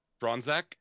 Bronzak